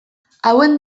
hauen